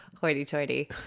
hoity-toity